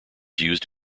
used